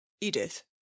Edith